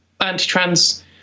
anti-trans